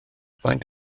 faint